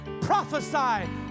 prophesy